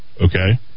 Okay